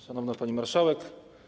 Szanowna Pani Marszałek!